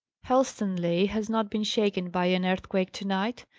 helstonleigh has not been shaken by an earthquake to-night,